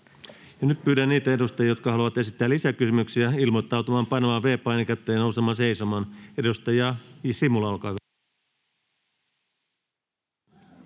nyt pyydän niitä edustajia, jotka haluavat esittää lisäkysymyksiä, ilmoittautumaan painamalla V-painiketta ja nousemalla seisomaan. — Edustaja Simula, olkaa hyvä.